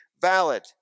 valid